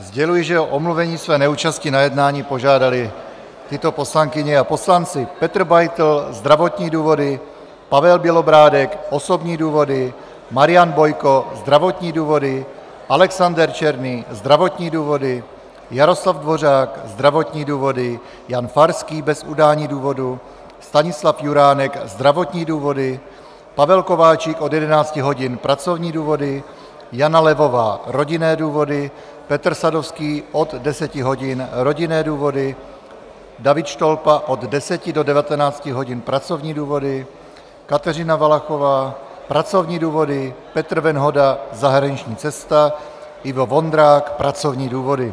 Sděluji, že o omluvení své neúčasti na jednání požádali tyto poslankyně a poslanci: Petr Beitl zdravotní důvody, Pavel Bělobrádek osobní důvody, Marian Bojko zdravotní důvody, Alexander Černý zdravotní důvody, Jaroslav Dvořák zdravotní důvody, Jan Farský bez udání důvodu, Stanislav Juránek zdravotní důvody, Pavel Kováčik od 11 hodin pracovní důvody, Jana Levová rodinné důvody, Petr Sadovský od 10 hodin rodinné důvody, David Štolpa od 10 do 19 hodin pracovní důvody, Kateřina Valachová pracovní důvody, Petr Venhoda zahraniční cesta, Ivo Vondrák pracovní důvody.